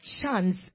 chance